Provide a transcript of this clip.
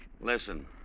Listen